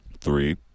three